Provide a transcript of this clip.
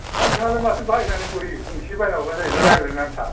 हा नोंथाङालाय माथो बायनानै हरा गंसे बायना हरब्लानो जायोना रायज्लायनो आन्था